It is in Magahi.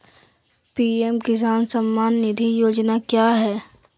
पी.एम किसान सम्मान निधि योजना क्या है?